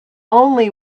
only